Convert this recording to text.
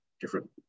different